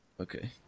Okay